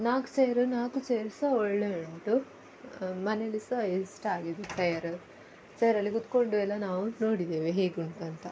ನಾಲ್ಕು ಚೇರ ನಾಲ್ಕು ಚೇರು ಸಹಾ ಒಳ್ಳೆ ಉಂಟು ಮನೆಯಲ್ಲಿ ಸಹಾ ಇಷ್ಟ ಆಗಿದೆ ಚೇರ ಚೇರಲ್ಲಿ ಕೂತ್ಕೊಂಡು ಎಲ್ಲ ನಾವು ನೋಡಿದ್ದೇವೆ ಹೇಗುಂಟು ಅಂತ